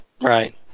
Right